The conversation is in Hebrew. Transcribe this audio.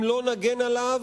אם לא נגן עליו,